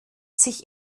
sich